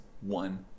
one